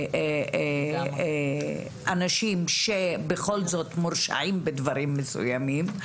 ולאנשים שבכל זאת מורשעים בדברים מסוימים,